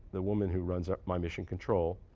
the woman who runs ah my mission control,